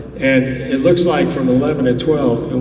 and it looks like from eleven to twelve,